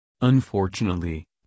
Unfortunately